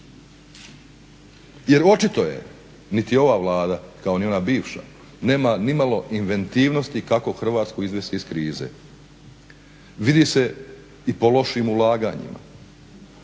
Jer očito je, niti ova Vlada kao ni ona bivša nema nimalo inventivnosti kako Hrvatsku izvesti iz krize. Vidi se i po lošim ulaganjima.